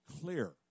clear